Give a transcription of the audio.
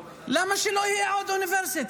למה שלא תהיה עוד אוניברסיטה?